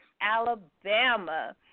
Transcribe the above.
Alabama